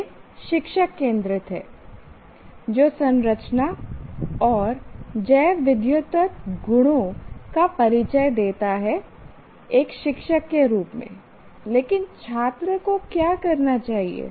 यह शिक्षक केंद्रित है जो संरचना और जैवविद्युत गुणों का परिचय देता है एक शिक्षक के रूप में लेकिन छात्र को क्या करना चाहिए